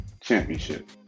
championship